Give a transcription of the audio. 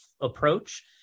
approach